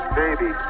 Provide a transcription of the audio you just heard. baby